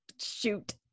shoot